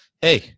hey